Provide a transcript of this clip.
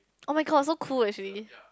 oh-my-god so cool actually